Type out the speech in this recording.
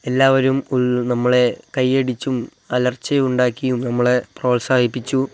എല്ലാവരും ഫുൾ നമ്മളെ കയ്യടിച്ചും അലർച്ചയുണ്ടാക്കിയും നമ്മളെ പ്രോത്സാഹിപ്പിച്ചു